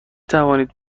توانید